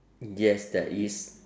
yes there is